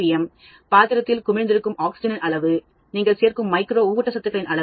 M பாத்திரத்தில் குமிழ்ந்திருக்கும் ஆக்ஸிஜனின் அளவு நீங்கள் சேர்க்கும் மைக்ரோ ஊட்டச்சத்துக்களின் அளவு